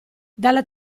dalla